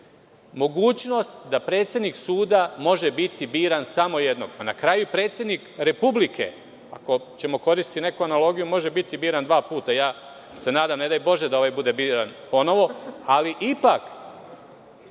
mogućnost da predsednik suda može biti biran samo jednom? Na kraju predsednik Republike, ako ćemo da koristimo neku analogiju, može biti biran dva puta. Nadam se, ne daj bože da ovaj bude biran ponovo, ali ipak